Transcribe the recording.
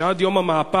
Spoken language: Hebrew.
שעד יום המהפך,